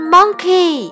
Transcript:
Monkey